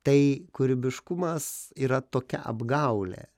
tai kūrybiškumas yra tokia apgaulė